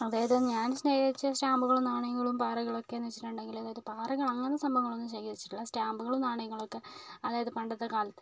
അതായത് ഞാൻ ശേഖരിച്ച സ്റ്റാമ്പുകളും നാണയങ്ങളും പാറകളൊക്കെന്നു വെച്ചിട്ടുണ്ടെങ്കില് അതായത് പാറകള് അങ്ങനത്തേ സംഭവങ്ങളൊന്നും ശേഖരിച്ചിട്ടില്ല സ്റ്റാമ്പുകള് നാണയങ്ങളൊക്കേ അതായത് പണ്ടത്തേ കാലത്തേ